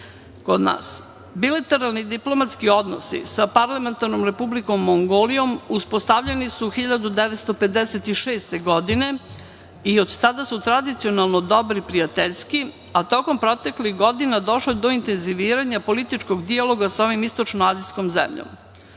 nas. Bilateralni diplomatski odnosi sa parlamentarnom Republikom Mongolijom uspostavljeni su 1956. godine i od tada su tradicionalno dobri i prijateljski, a tokom proteklih godina došlo je do intenziviranja političkog dijaloga sa ovom istočnoazijskom zemljom.Međutim,